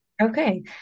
Okay